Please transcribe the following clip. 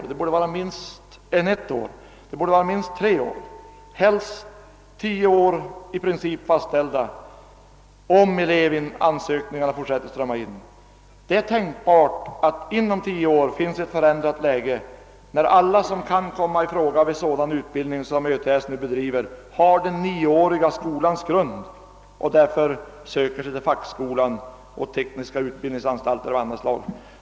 Det borde vara minst tre år och i princip skulle kunna fastställas en tid av tio år, om elevanmälningarna fortsätter att strömma in. Det är tänkbart att läget inom tio år är förändrat så att alla som kan komma i fråga för sådan utbildning som ÖTS nu bedriver har den nioåriga skolans grund och därför söker sig till fackskolan och tekniska utbildningsanstalter av annat slag.